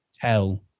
tell